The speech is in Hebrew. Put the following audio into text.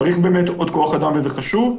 צריך באמת עוד כוח אדם וזה חשוב,